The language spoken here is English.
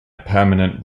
permanent